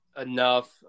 enough